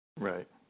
right